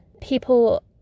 People